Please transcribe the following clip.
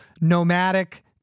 nomadic